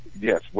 Yes